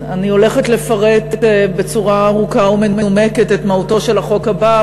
אני הולכת לפרט בצורה עמוקה ומנומקת את מהותו של החוק הבא,